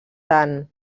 tant